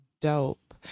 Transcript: dope